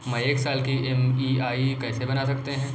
मैं एक साल की ई.एम.आई कैसे बना सकती हूँ?